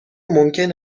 ممکن